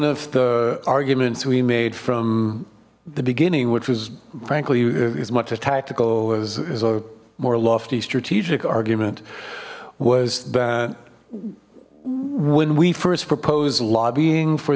of the arguments we made from the beginning which was frankly as much a tactical as a more lofty strategic argument was that when we first proposed lobbying for